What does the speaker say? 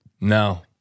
no